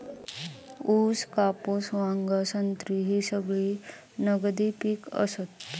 ऊस, कापूस, भांग, संत्री ही सगळी नगदी पिका आसत